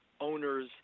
owners